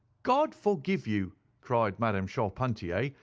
god forgive you cried madame charpentier,